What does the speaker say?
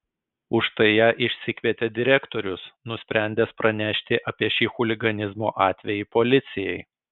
už tai ją išsikvietė direktorius nusprendęs pranešti apie šį chuliganizmo atvejį policijai